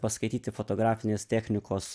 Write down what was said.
paskaityti fotografinės technikos